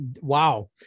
wow